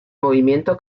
movimiento